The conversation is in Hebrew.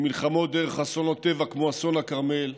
ממלחמות דרך אסונות טבע כמו אסון הכרמל,